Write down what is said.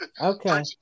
Okay